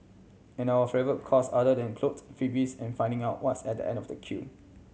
and our favourite cause other than clothes freebies and finding out what's at the end of a queue